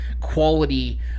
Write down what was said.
quality